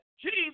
Jesus